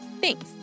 Thanks